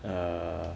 err